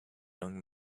young